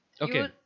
Okay